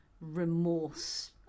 remorse